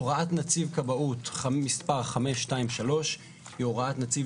הוראת נציב כבאות מספר 523. היא הוראת נציב